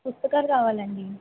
పుస్తకాలు కావాలండీ